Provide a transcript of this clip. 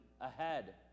ahead